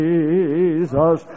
Jesus